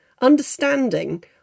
understanding